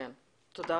תודה.